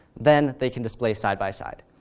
then they can display side by side.